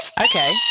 Okay